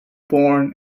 born